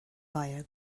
via